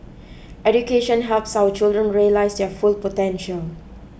education helps our children realise their full potential